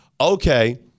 okay